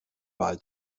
wahl